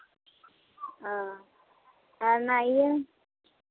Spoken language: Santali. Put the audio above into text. ᱚ ᱟᱨ ᱱᱚᱣᱟ ᱤᱭᱟᱹ